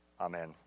Amen